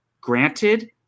granted